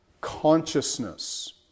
consciousness